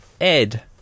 Ed